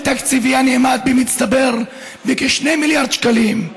תקציבי הנאמד במצטבר בכ-2 מיליארד שקלים".